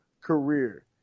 career